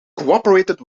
cooperated